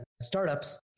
startups